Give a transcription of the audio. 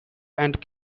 and